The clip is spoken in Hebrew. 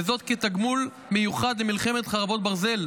וזאת כתגמול מיוחד על מלחמת חרבות ברזל.